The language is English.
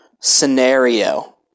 scenario